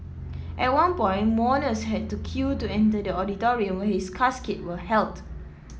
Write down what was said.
at one point mourners had to queue to enter the auditorium where his casket was held